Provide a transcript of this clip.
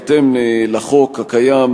בהתאם לחוק הקיים,